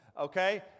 okay